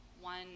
one